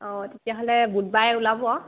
অঁ তেতিয়াহ'লে বুধবাৰে ওলাব আৰু